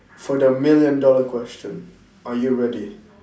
for the million dollar question are you ready